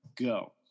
go